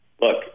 look